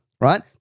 right